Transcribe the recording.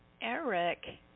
Eric